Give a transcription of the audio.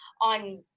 on